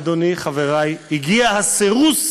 אדוני, חברי, הגיע הסירוס,